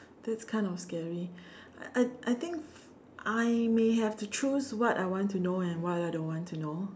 that's kind of scary I I think I may have to choose what I want to know and what I don't want to know